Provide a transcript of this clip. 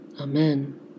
Amen